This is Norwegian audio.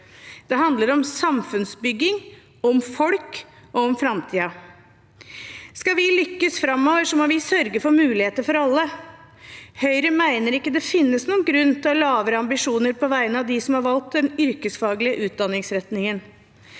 Dette handler om samfunnsbygging, om folk og om framtiden. Skal vi lykkes framover, må vi sørge for muligheter for alle. Høyre mener det ikke finnes noen grunn til å ha lavere ambisjoner på vegne av dem som har valgt den yrkesfaglige utdanningsretningen.